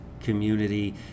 community